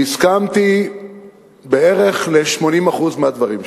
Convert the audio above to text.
והסכמתי בערך ל-80% מהדברים שלו,